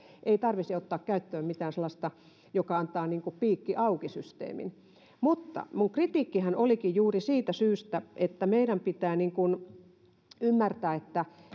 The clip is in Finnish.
ei tarvitsisi ottaa käyttöön mitään sellaista joka antaa piikki auki systeemin minun kritiikkinihän olikin juuri siitä syystä että meidän pitää ymmärtää että